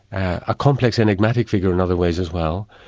a complex enigmatic figure in other ways as well,